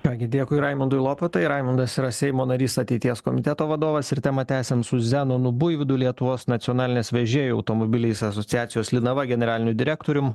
ką gi dėkui raimundui lopatai raimundas yra seimo narys ateities komiteto vadovas ir temą tęsiam su zenonu buivydu lietuvos nacionalinės vežėjų automobiliais asociacijos linava generaliniu direktoriumi